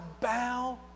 bow